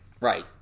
Right